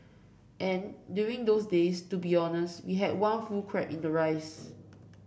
and during those days to be honest we had one full crab in the rice